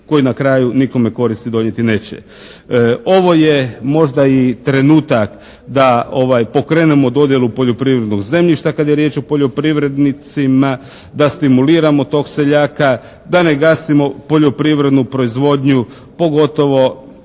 koji na kraju nikome koristi donijeti neće. Ovo je možda i trenutak da pokrenemo dodjelu poljoprivrednog zemljišta kad je riječ o poljoprivrednicima da stimuliramo tog seljaka, da ne gasimo poljoprivrednu proizvodnju pogotovo